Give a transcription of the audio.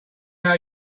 how